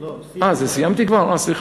לא, סיימת.